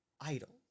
idols